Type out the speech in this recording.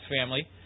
family